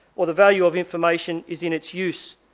or the value of information is in its use.